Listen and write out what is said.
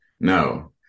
No